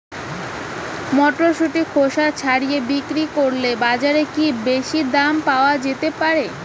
মটরশুটির খোসা ছাড়িয়ে বিক্রি করলে বাজারে কী বেশী দাম পাওয়া যেতে পারে?